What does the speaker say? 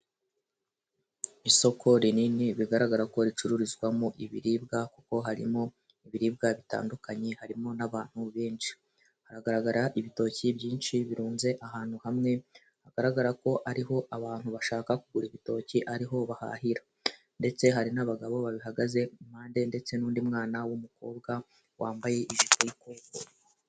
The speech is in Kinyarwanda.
Isoko rinini bigaragara ko ricururizwamo ibiribwa, kuko harimo ibiribwa bitandukanye, harimo n'abantu benshi. Haragaragara ibitoki byinshi birunze ahantu hamwe, hagaragara ko ariho abantu bashaka kugura ibitoki ariho bahahira. Ndetse hari n'abagabo babihagaze impande ndetse n'undi mwana w'umukobwa wambaye ijipo y'ikoboyi.